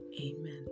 Amen